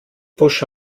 pfusch